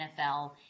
NFL